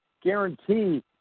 guarantee